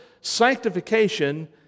sanctification